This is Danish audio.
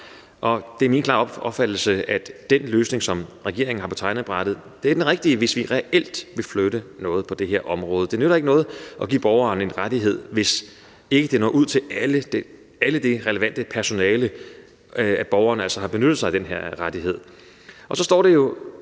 Det er min klare opfattelse, at den løsning, som regeringen har på tegnebrættet, er den rigtige, hvis vi reelt vil flytte noget på det her område. Det nytter ikke noget at give borgeren en rettighed, hvis det ikke når ud til alle de relevante personalegrupper, at borgeren altså har benyttet sig af den rettighed. Det står også